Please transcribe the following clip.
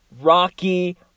Rocky